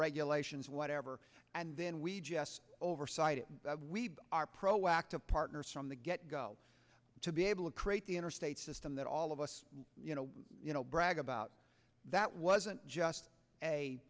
regulations whatever and then we just oversight it we are pro active partners from the get go to be able to create the interstate system that all of us you know brag about that wasn't just a